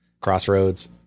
crossroads